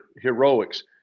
heroics